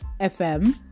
fm